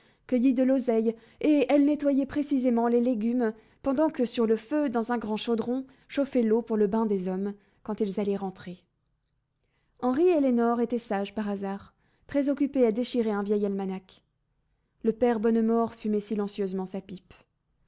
cueilli de l'oseille et elle nettoyait précisément les légumes pendant que sur le feu dans un grand chaudron chauffait l'eau pour le bain des hommes quand ils allaient rentrer henri et lénore étaient sages par hasard très occupés à déchirer un vieil almanach le père bonnemort fumait silencieusement sa pipe